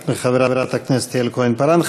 תודה לחברת הכנסת יעל כהן-פארן.